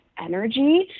energy